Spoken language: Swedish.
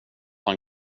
han